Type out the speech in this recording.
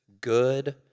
good